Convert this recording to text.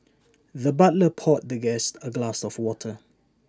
the butler poured the guest A glass of water